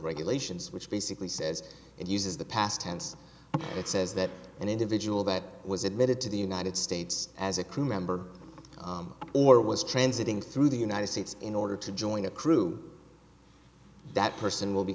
regulations which basically says and uses the past tense it says that an individual that was admitted to the united states as a crew member or was transiting through the united states in order to join a crew that person will be